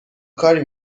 کاری